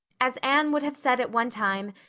as anne would have said at one time,